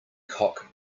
cock